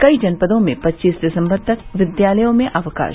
कई जनपदों में पच्चीस दिसम्बर तक विद्यालयों में अवकाश